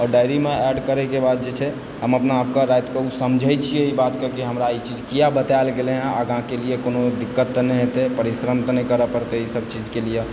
आओर डायरीमे एड करयके बाद जे छै हम अपनाआपकऽ रातिमे ओ समझय छी ई बातके कि हमरा ई चीज किया बताएल गेलय हँ आगाँके लिए कोनो दिक्कत तऽ नहि हेतै परिश्रम तऽ नहि करऽ पड़तय ईसभ चीजके लिए